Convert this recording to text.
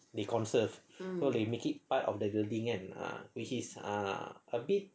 they conserve so they make it part of the building kan which is ah a bit